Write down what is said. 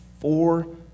Four